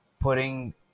putting